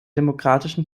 demokratischen